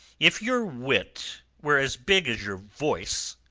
if your wit were as big as your voice,